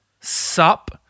sup